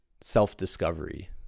self-discovery